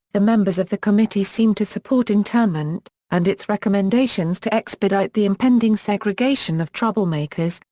the members of the committee seemed to support internment, and its recommendations to expedite the impending segregation of troublemakers,